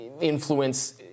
influence